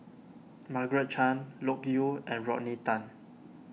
Margaret Chan Loke Yew and Rodney Tan